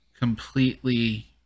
completely